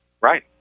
Right